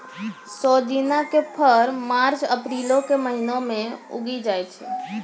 सोजिना के फर मार्च अप्रीलो के महिना मे उगि जाय छै